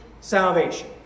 salvation